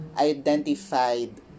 identified